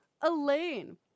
Elaine